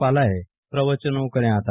પાલાએ પ્રવચન કાર્ય હતા